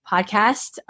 podcast